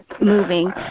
moving